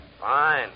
Fine